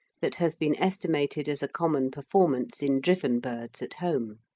that has been estimated as a common performance in driven birds at home.